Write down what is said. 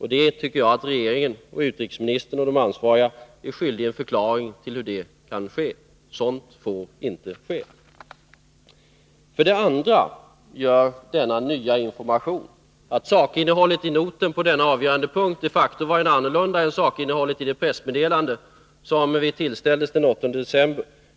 Jag tycker att regeringen, utrikesministern och andra ansvariga är skyldiga en förklaring till hur detta har kunnat ske. Sådant får inte ske. För det andra gör denna nya information att sakinnehållet i noten på denna avgörande punkt de facto varit annorlunda än sakinnehållet i det pressmeddelande som vi tillställdes den 8 december.